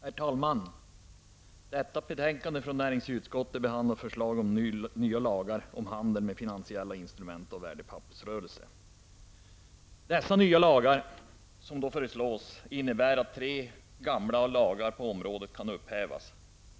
Herr talman! Detta betänkande från näringsutskottet behandlar förslag till nya lagar om handel med finansiella instrument och om värdepappersrörelse. Dessa två nya lagar innebär att tre lagar på området kan upphävas.